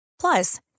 Plus